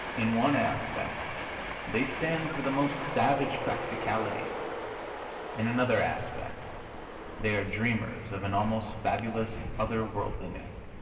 in one aspect they stand for the most savage practicality in another aspect they are dreamers of an almost fabulous other-worldiness.